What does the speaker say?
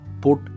put